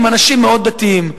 עם אנשים מאוד דתיים.